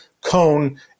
cone